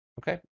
Okay